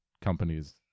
companies